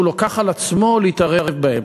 שהוא לקח על עצמו להתערב בהן.